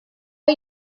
are